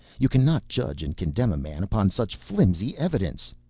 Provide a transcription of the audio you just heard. you cannot judge and condemn a man upon such flimsy evidence.